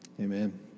Amen